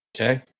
Okay